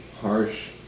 harsh